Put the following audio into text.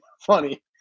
funny